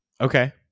Okay